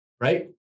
right